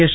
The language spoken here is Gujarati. એસ